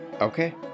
okay